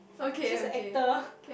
just a actor